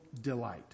delight